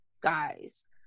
guys